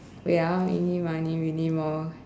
wait ah eeny meeny miny moe